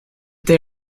they